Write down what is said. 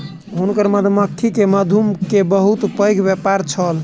हुनकर मधुमक्खी के मधु के बहुत पैघ व्यापार छल